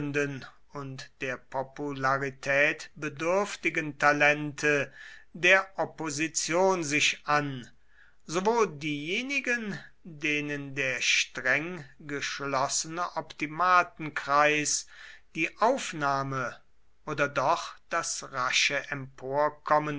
und der popularität bedürftigen talente der opposition sich an sowohl diejenigen denen der streng geschlossene optimatenkreis die aufnahme oder doch das rasche